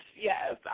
yes